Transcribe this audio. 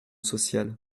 social